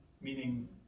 meaning